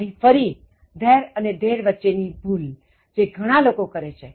અહીં ફરી there અને their વચ્ચે ની ભૂલ જે ઘણા લોકો કરે છે